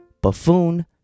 buffoon